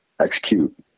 execute